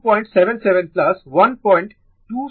সুতরাং এটি 277 1273 হবে